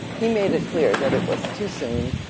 he made it clear that it was too soon,